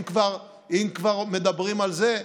אם כבר מדברים על זה,